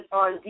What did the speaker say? on